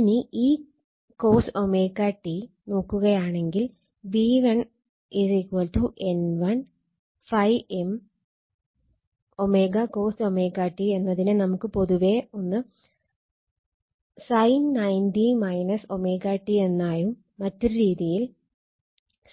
ഇനി ഈ cos ω t നോക്കുകയാണെങ്കിൽ V1 N1 ∅m ω cosωt എന്നതിനെ നമുക്ക് പൊതുവേ ഒന്ന് sin 90 o ω t എന്നായും മറ്റൊരു രീതിയിൽ